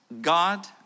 God